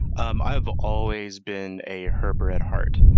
um i have always been a herper at heart.